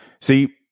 See